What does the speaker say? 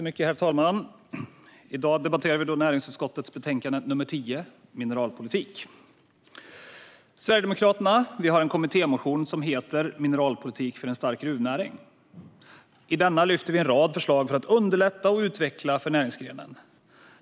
Herr talman! Vi debatterar nu Näringsutskottets betänkande nr 10, Mineralpolitik . Sverigedemokraterna har en kommittémotion som heter Mineralpolitik för en stark gruvnäring . I den lyfter vi fram en rad förslag för att underlätta och utveckla för näringsgrenen.